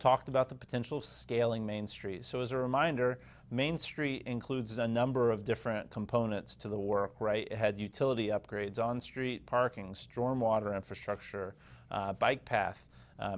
talked about the potential scaling mainstreet so as a reminder main street includes a number of different components to the war had utility upgrades on street parking storm water infrastructure bikepath